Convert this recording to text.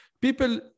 people